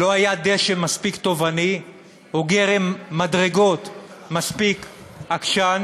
לא היה דשא מספיק טובעני או גרם מדרגות מספיק עקשן